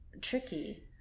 tricky